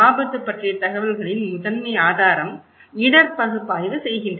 ஆபத்து பற்றிய தகவல்களின் முதன்மை ஆதாரம் இடர் பகுப்பாய்வு செய்கின்றன